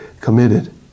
committed